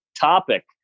topic